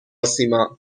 سیما